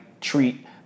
treat